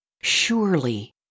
Surely